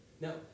Now